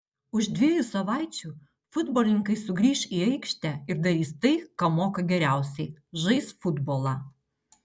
už dviejų savaičių futbolininkai sugrįš į aikštę ir darys tai ką moka geriausiai žais futbolą